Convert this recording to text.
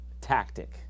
tactic